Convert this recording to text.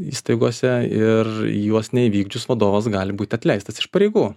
įstaigose ir juos neįvykdžius vadovas gali būti atleistas iš pareigų